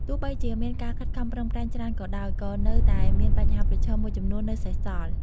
ទោះបីជាមានការខិតខំប្រឹងប្រែងច្រើនក៏ដោយ ក៏នៅតែមានបញ្ហាប្រឈមមួយចំនួននៅសេសសល់។